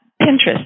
Pinterest